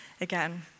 again